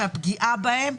את הפגיעה בהם.